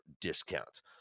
discount